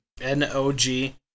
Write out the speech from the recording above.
N-O-G